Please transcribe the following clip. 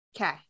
Okay